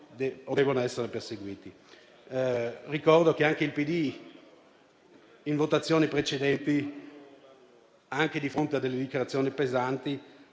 debbano essere perseguite. Ricordo che anche il Partito Democratico, in votazioni precedenti, anche di fronte a delle dichiarazioni pesanti,